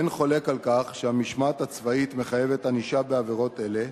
אין חולק על כך שהמשמעת הצבאית מחייבת ענישה בעבירות אלה,